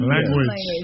Language